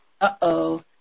uh-oh